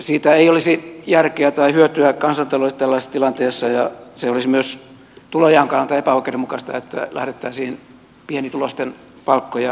siitä ei olisi järkeä tai hyötyä kansantaloudelle tällaisessa tilanteessa ja se olisi myös tulonjaon kannalta epäoikeudenmukaista että lähdettäisiin pienituloisten palkkoja leikkaamaan